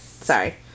sorry